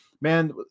man